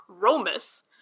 Romus